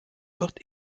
wird